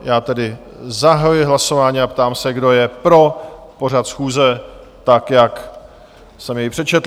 Já tedy zahajuji hlasování a ptám se, kdo je pro pořad schůze tak, jak jsem jej přečetl?